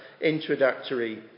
introductory